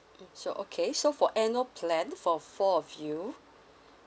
mm so okay so for annual plan for four of you